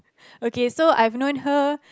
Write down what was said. okay so I've known her